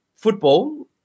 football